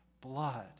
blood